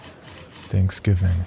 Thanksgiving